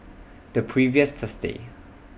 The previous Thursday